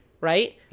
right